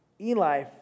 Eli